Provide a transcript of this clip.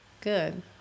Good